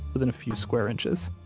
within a few square inches.